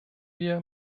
wir